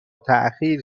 تاخیر